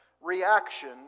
reaction